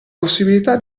possibilità